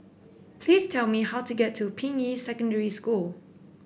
please tell me how to get to Ping Yi Secondary School